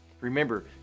Remember